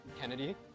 Kennedy